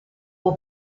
può